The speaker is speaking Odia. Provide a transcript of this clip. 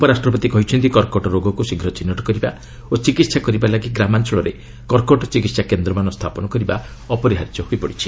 ଉପ ରାଷ୍ଟ୍ରପତି କହିଛନ୍ତି କକର୍ଟ ରୋଗକୁ ଶୀଘ୍ର ଚିହ୍ନଟ କରିବା ଓ ଚିକିହା କରିବା ଲାଗି ଗ୍ରାମାଞ୍ଚଳରେ କର୍କଟ ଚିକିତ୍ସା କେନ୍ଦ୍ରମାନ ସ୍ଥାପନ କରିବା ଅପରିହାର୍ଯ୍ୟ ହୋଇପଡ଼ିଛି